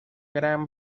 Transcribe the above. gran